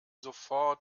sofort